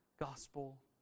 gospel